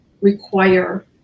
require